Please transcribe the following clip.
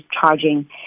charging